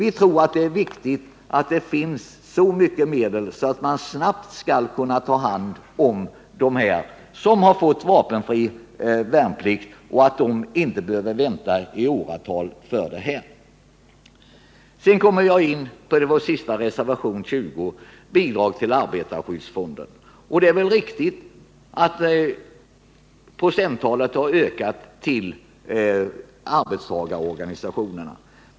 Vi tror att det är viktigt att medelstilldelningen blir så riklig att de som fått vapenfri värnpliktstjänstgöring snabbt kan tas om hand och inte behöver vänta i åratal på att fullgöra sin tjänstgöringsskyldighet. Vår sista reservation, nr 20, rör bidrag till arbetarskyddsfonden. Det är riktigt att anslaget till arbetstagarorganisationerna har ökat.